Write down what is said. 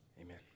Amen